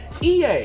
EA